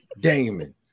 Damon